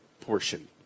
portion